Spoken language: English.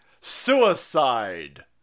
Suicide